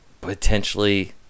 potentially